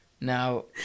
Now